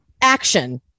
action